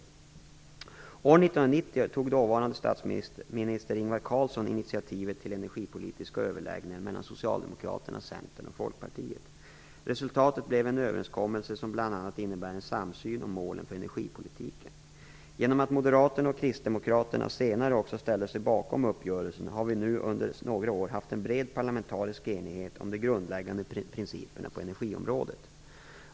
År 1990 tog dåvarande statsminister Ingvar Carlsson initiativet till energipolitiska överläggningar mellan Socialdemokraterna, Centerpartiet och Folkpartiet liberalerna. Resultatet blev en överenskommelse som bl.a. innebär en samsyn om målen för energipolitiken. Genom att Moderata samlingspartiet och Kristdemokratiska samhällspartiet senare också ställde sig bakom uppgörelsen har vi nu under några år haft en bred parlamentarisk enighet om de grundläggande principerna på energiområdet.